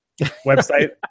website